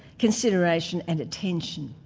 consideration and attention.